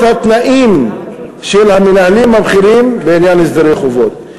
התנאים של המנהלים הבכירים בעניין הסדרי חובות.